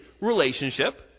relationship